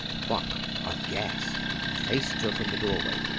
buck, aghast, faced her from the doorway.